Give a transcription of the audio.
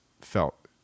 felt